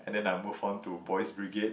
and then I move on to Boys' Brigade